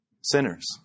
Sinners